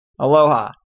Aloha